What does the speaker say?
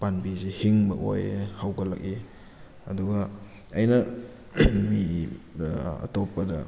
ꯄꯥꯝꯕꯤꯁꯤ ꯍꯤꯡꯕ ꯑꯣꯏꯌꯦ ꯍꯧꯒꯠꯂꯛꯏ ꯑꯗꯨꯒ ꯑꯩꯅ ꯃꯤꯒꯤ ꯑꯇꯣꯞꯄꯗ